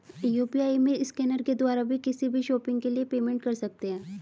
UPI में scanner के द्वारा भी किसी भी शॉपिंग के लिए पेमेंट कर सकते है